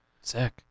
Sick